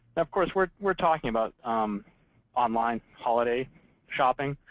of course, we're we're talking about online holiday shopping.